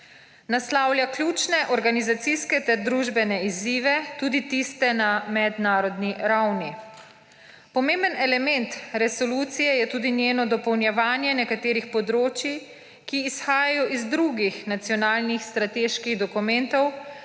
Naslavlja ključne organizacijske ter družbene izzive, tudi tiste na mednarodni ravni. Pomemben element resolucije je tudi njeno dopolnjevanje nekaterih področij, ki izhajajo iz drugih nacionalnih strateških dokumentov,